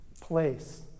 place